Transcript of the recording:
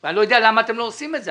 אני לא יודע למה אתם לא עושים את זה,